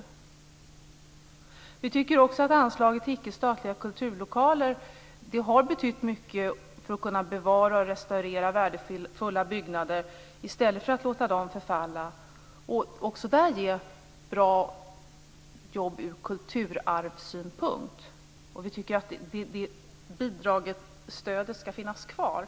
Miljöpartiet tycker också att anslaget till icke statliga kulturlokaler har betytt mycket för att man har kunnat bevara och restaurera värdefulla byggnader i stället för att låta dem förfalla. Detta ger också bra jobb ur kulturarvssynpunkt. Detta bidrag och stöd skall finnas kvar.